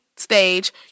Stage